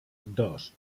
dos